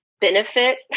benefit